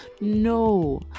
No